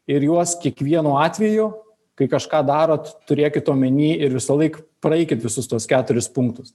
ir juos kiekvienu atveju kai kažką darot turėkit omeny ir visąlaik praeikit visus tuos keturis punktus